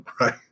right